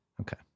Okay